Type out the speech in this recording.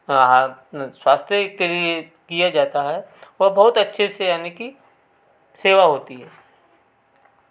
स्वास्थ्य के लिए जो किया जाता है वह बहुत अच्छे से यानी कि सेवा होती है